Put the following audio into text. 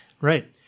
Right